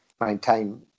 maintain